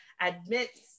admits